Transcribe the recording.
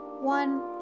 One